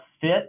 fit